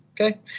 okay